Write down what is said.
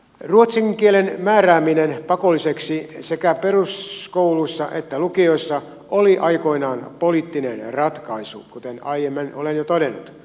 ruotsin kielen määrääminen pakolliseksi sekä peruskoulussa että lukiossa oli aikoinaan poliittinen ratkaisu kuten aiemmin olen jo todennut